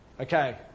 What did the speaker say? Okay